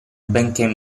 benché